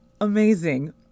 amazing